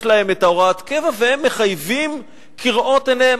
יש להם הוראת הקבע, והם מחייבים כראות עיניהם.